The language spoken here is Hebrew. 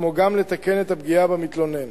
כמו גם לתקן את הפגיעה במתלונן.